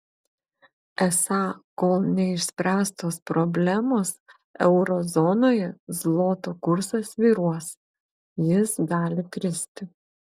esą kol neišspręstos problemos euro zonoje zloto kursas svyruos jis gali kristi